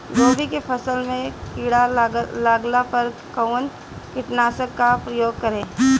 गोभी के फसल मे किड़ा लागला पर कउन कीटनाशक का प्रयोग करे?